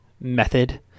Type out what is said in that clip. method